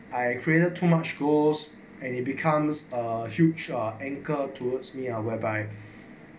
I created too much grows and it becomes a huge uh anchor towards me or whereby